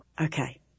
okay